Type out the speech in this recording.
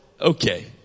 Okay